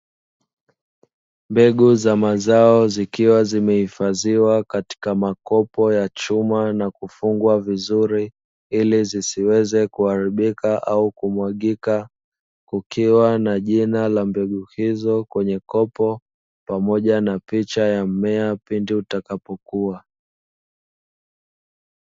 Mbegu za mazao zikiwa zimehifadhiwa katika makopo ya chuma na kufungwa vizuri ili zisiweze kuharibika au kumwagika, kukiwa na jina la mbegu hizo kwenye kopo pamoja na picha ya mmea pindi utakapokua.